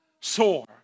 sore